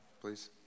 please